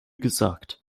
gesagt